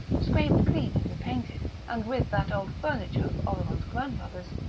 scraped clean and repainted, and with that old furniture of oleron's grandmother's,